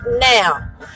now